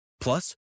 Plus